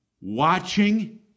watching